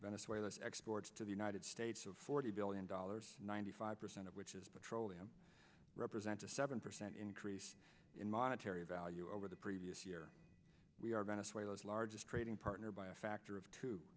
venezuela exports to the united states of forty billion dollars ninety five percent of which is petroleum represents a seven percent increase in monetary value over the previous year we are venezuela's largest trading partner by a factor of two